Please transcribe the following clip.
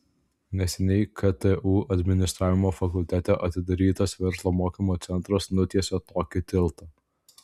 neseniai ktu administravimo fakultete atidarytas verslo mokymo centras nutiesė tokį tiltą